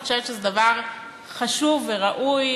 אני חושבת שזה דבר חשוב וראוי.